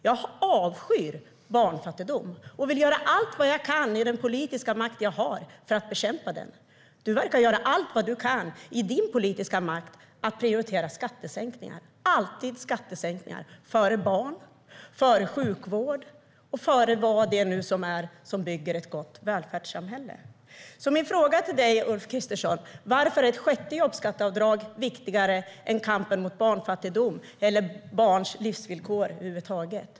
Jag avskyr barnfattigdom och vill med den politiska makt jag har göra allt jag kan för att bekämpa den. Ulf Kristersson verkar med den politiska makt han har göra allt han kan för att prioritera skattesänkningar. Det är alltid skattesänkningar före barn, före sjukvård och före vad det nu är som bygger ett gott välfärdssamhälle. Min fråga till Ulf Kristersson är varför ett sjätte jobbskatteavdrag är viktigare än kampen mot barnfattigdom och kampen för barns livsvillkor över huvud taget.